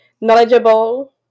knowledgeable